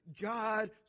God